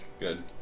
Good